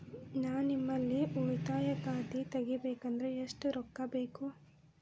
ನಾ ನಿಮ್ಮಲ್ಲಿ ಉಳಿತಾಯ ಖಾತೆ ತೆಗಿಬೇಕಂದ್ರ ಎಷ್ಟು ರೊಕ್ಕ ಬೇಕು?